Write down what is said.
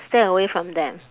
stay away from them